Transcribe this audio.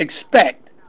expect